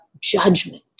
judgment